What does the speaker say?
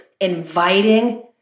inviting